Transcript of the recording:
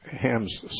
Ham's